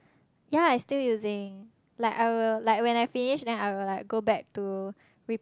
yea I still using like I will like when I finish then I will like go back to rip~